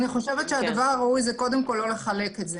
הדבר הראוי הוא קודם כול לא לחלק אותן.